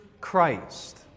Christ